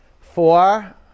Four